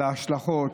על ההשלכות,